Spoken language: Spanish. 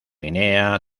guinea